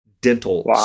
dental